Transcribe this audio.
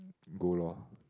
go loh